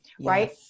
right